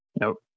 nope